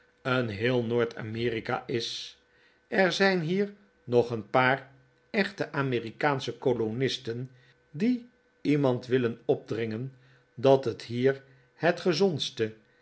een heel noord-amerika is er zijn hier nog een paar echte amerikaansche kolonisten die iemand willen opdringen dat het hier het gezondste